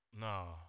No